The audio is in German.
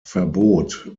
verbot